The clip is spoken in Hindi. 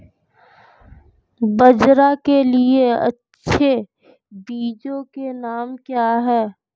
बाजरा के लिए अच्छे बीजों के नाम क्या हैं?